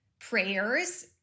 prayers